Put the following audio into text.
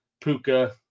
Puka